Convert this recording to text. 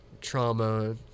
trauma